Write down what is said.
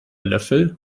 löffel